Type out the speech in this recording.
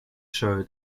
show